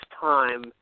time